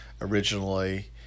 originally